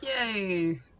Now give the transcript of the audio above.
Yay